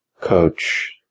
coach